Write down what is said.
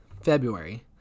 February